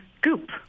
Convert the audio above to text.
Goop